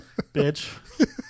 bitch